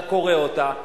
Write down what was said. אתה קורא אותה,